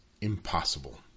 impossible